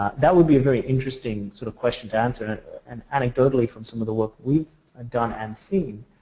that would be a very interesting sort of question to answer and adding totally from some of the work we and done and seen,